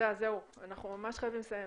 אנחנו חייבים לסיים.